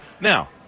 now